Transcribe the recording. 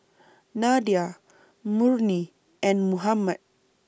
Nadia Murni and Muhammad